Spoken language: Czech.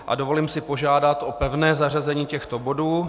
A dovolím si požádat o pevné zařazení těchto bodů.